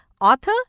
author